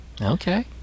Okay